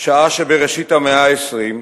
בראשית המאה ה-20,